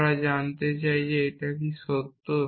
আমরা জানতে চাই এটা কি সত্য